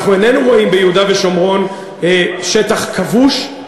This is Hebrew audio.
אנחנו איננו רואים ביהודה ושומרון שטח כבוש.